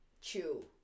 chew